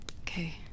Okay